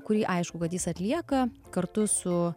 kurį aišku kad jis atlieka kartu su